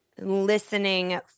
listening